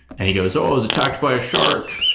and he goes, oh, it was attacked by a shark.